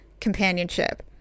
companionship